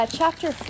chapter